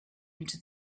into